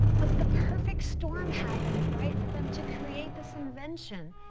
but the perfect storm happened right for them to create this invention.